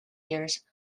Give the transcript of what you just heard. years